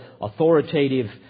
authoritative